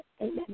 amen